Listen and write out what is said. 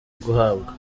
guhabwa